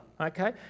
okay